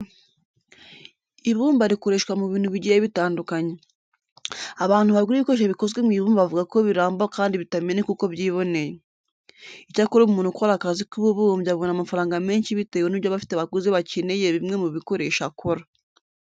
Ibumba rikoreshwa mu bintu bigiye bitandukanye. Abantu bagura ibikoresho bikozwe mu ibumba bavuga ko biramba kandi bitameneka uko byiboneye. Icyakora umuntu ukora akazi k'ububumbyi abona amafaranga menshi bitewe n'uburyo aba afite abaguzi bakeneye bimwe mu bikoresho akora.